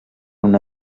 una